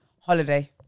Holiday